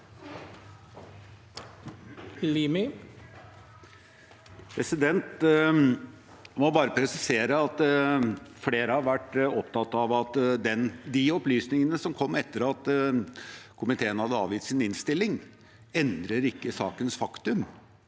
Jeg må bare presisere at flere har vært opptatt av at de opplysningene som kom etter at komiteen hadde avgitt sin innstilling, ikke endrer sakens faktum.